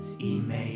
Email